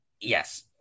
yes